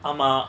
ஆமா:aama